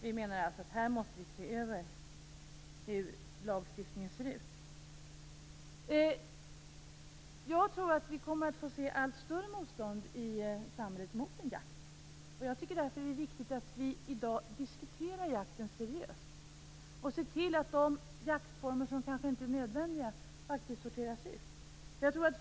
Vi menar att man måste se över den lagstiftningen. Jag tror att vi kommer att få se ett allt större motstånd i samhället mot jakt. Jag tycker därför att det är viktigt att vi i dag diskuterar jakten seriöst och ser till att de jaktformer som kanske inte är nödvändiga sorteras ut.